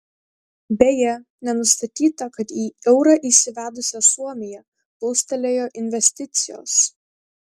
beje nenustatyta kad į eurą įsivedusią suomiją plūstelėjo investicijos